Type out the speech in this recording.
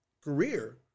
career